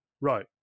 Right